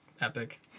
epic